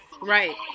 Right